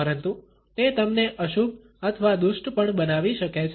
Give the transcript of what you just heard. પરંતુ તે તમને અશુભ અથવા દુષ્ટ પણ બનાવી શકે છે